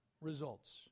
results